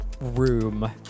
room